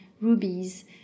rubies